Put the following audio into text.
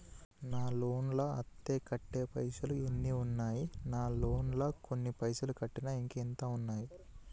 నా లోన్ లా అత్తే కట్టే పైసల్ ఎన్ని ఉన్నాయి నా లోన్ లా కొన్ని పైసల్ కట్టిన ఇంకా ఎంత ఉన్నాయి?